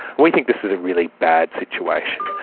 we think this is a really bad situation.